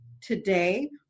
today